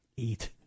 eat